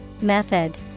Method